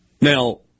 Now